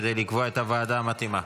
כדי לקבוע את הוועדה המתאימה.